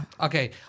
Okay